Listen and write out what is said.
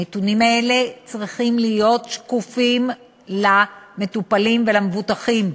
הנתונים האלה צריכים להיות שקופים למטופלים ולמבוטחים.